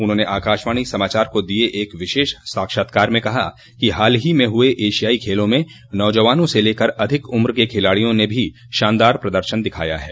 उन्होंने आकाशवाणी सामाचार को दिये एक विशेष साक्षात्कार में कहा कि हाल ही में हुए एशियाई खेलों में नौजवानों से लेकर अधिक उम्र के खिलाड़ियों ने भी शानदार प्रदर्शन दिखाया है